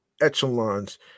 echelons